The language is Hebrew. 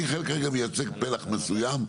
מיכאל כרגע מייצג פלח מסוים,